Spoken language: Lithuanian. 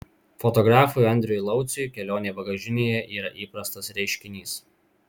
fotografui andriui lauciui kelionė bagažinėje yra įprastas reiškinys